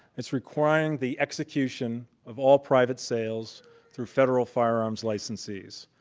it's requiring the execution of all private sales through federal firearms licensees.